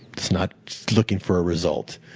it's not looking for a result.